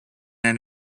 and